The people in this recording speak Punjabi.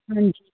ਹਾਂਜੀ